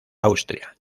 austria